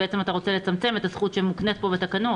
ובעצם אתה רוצה לצמצם את הזכות שמוקנית פה בתקנות.